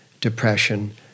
depression